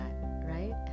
right